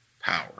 power